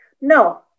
No